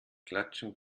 klatschen